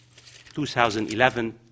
2011